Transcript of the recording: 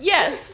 Yes